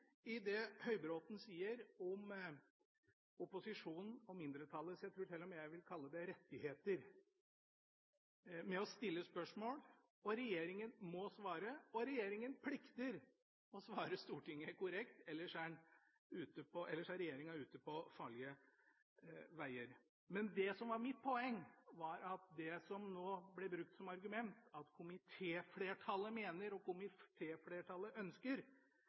i det Høybråten sier om opposisjonens og mindretallets – jeg vil til og med kalle det – «rettighet» til å stille spørsmål. Og regjeringa må svare. Regjeringa plikter å svare Stortinget korrekt, ellers er regjeringa ute på farlige veger. Men mitt poeng var at det som ble brukt som argument – at komitéflertallet mener, og at komitéflertallet ønsker